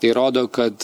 tai rodo kad